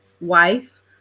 wife